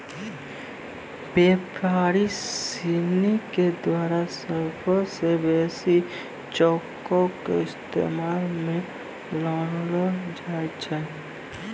व्यापारी सिनी के द्वारा सभ्भे से बेसी चेको के इस्तेमाल मे लानलो जाय छै